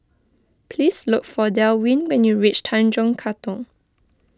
please look for Delwin when you reach Tanjong Katong